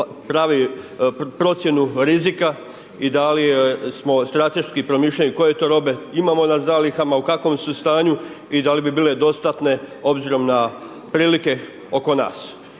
pravu procjenu rizika i da li smo strateški promišljali, koje to robe imamo na zalihama, u kakvom su stanje i da li bi bile dostatne, obzirom na prilike oko nas.